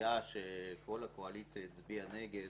סוגיה שכל הקואליציה הצביעה נגד.